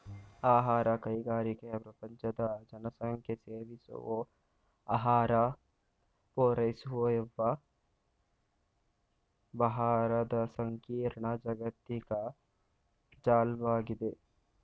ಆಹಾರ ಕೈಗಾರಿಕೆ ಪ್ರಪಂಚದ ಜನಸಂಖ್ಯೆಸೇವಿಸೋಆಹಾರಪೂರೈಸುವವ್ಯವಹಾರದಸಂಕೀರ್ಣ ಜಾಗತಿಕ ಜಾಲ್ವಾಗಿದೆ